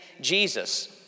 Jesus